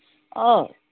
औ